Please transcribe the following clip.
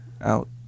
out